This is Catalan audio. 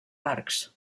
arcs